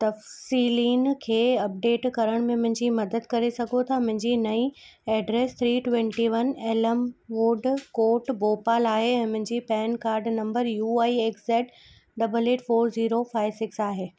तफ़सीलुनि खे अपडेट करण में मुंहिंजी मदद करे सघो था मुंहिंजी नईं address three twenty one Elmwood Court Bhopal आहे ऐं मुंहिंजी PAN card number U I X Z double eight four zero five six आहे आहे